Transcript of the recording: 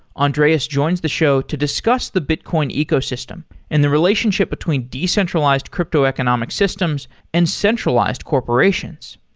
andreas joins the show to discuss the bitcoin ecosystem and the relationship between decentralized crypto economic systems and centralized corporations.